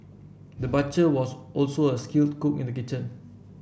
the butcher was also a skilled cook in the kitchen